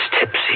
tipsy